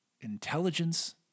intelligence